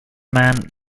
man